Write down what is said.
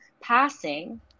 passing